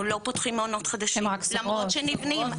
אנחנו לא פותחים מעונות חדשים למרות שנבנים,